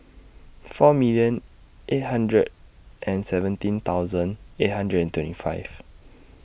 four million eight hundred and seventeen thousand eight hundred and twenty five